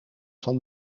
van